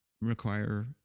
require